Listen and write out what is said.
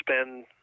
spend